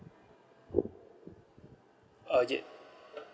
uh y~